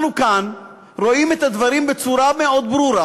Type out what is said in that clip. אנחנו כאן רואים את הדברים בצורה מאוד ברורה: